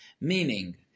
meaning